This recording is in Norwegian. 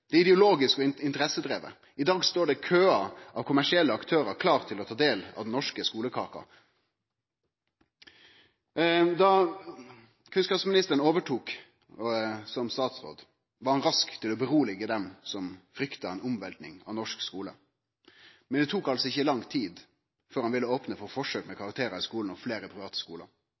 er ideologisk og interessedriven. I dag står det køar av kommersielle aktørar klare til å få ein del av den norske skulekaka. Da kunnskapsministeren overtok som statsråd, var han rask til å roe ned dei som frykta ei omvelting av norsk skule, men det tok altså ikkje lang tid før han ville opne for forsøk med karakterar i skulen og fleire private